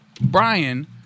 Brian